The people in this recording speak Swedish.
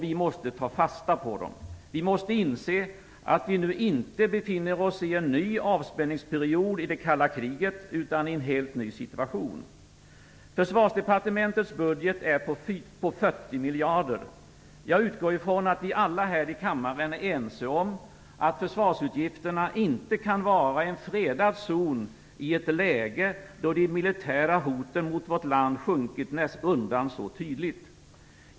Vi måste ta fasta på dem. Vi måste inse att vi inte befinner oss i en ny avspänningsperiod i det kalla kriget utan i en helt ny situation. Försvarsdepartementets budget är på 40 miljarder. Jag utgår från att vi alla här i kammaren är ense om att försvarsutgifterna inte kan vara en fredad zon i ett läge då de militära hoten mot vårt land sjunkit undan så tydligt.